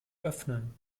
öffnen